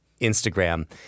Instagram